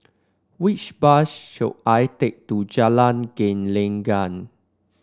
which bus should I take to Jalan Gelenggang